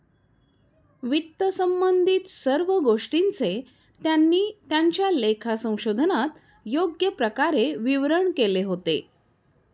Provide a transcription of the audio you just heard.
वित्तसंबंधित सर्व गोष्टींचे त्यांनी त्यांच्या लेखा संशोधनात योग्य प्रकारे विवरण केले होते